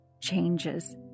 changes